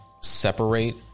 separate